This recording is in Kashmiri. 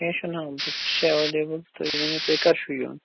کیٚنٛہہ چھُنہٕ آ بُکٕس چھِ اٮ۪ویلیبٕل تُہی ؤنِو تۄہہِ کَر چھُو یُن